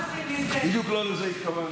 אני קורא לזה משפט סיום.